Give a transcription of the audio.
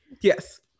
Yes